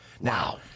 Now